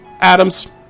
Adams